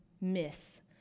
miss